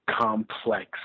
complex